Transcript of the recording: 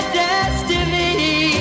destiny